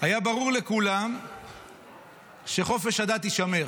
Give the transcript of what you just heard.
היה ברור לכולם שחופש הדת יישמר,